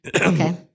Okay